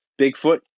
Bigfoot